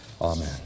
Amen